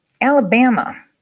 Alabama